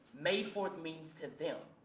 may fourth means to them.